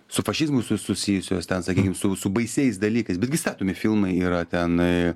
su fašizmu su susijusios ten sakykim su su baisiais dalykais bet gi statomi filmai yra ten a